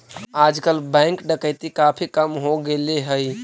आजकल बैंक डकैती काफी कम हो गेले हई